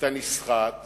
אתה נסחט